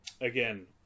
again